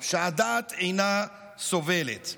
שהדעת אינה סובלת.